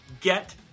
get